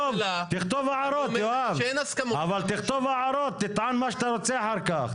תכתוב הערות, תטען מה שאתה רוצה אחר כך.